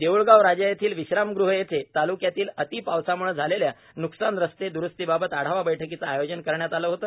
देउळगाव राजा येथील विश्राम गृह येथे ताल्क्यातील अती पावसाम्ळे झालेले न्कसान रस्ते द्रूस्तीबाबात आढावा बैठकीचे आयोजन करण्यात आले होते